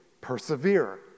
persevere